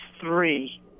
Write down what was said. three